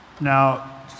Now